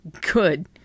good